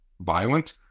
violent